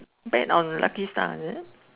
bet on lucky star is it